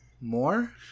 More